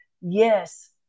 Yes